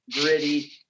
gritty